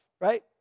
right